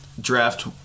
draft